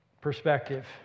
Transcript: perspective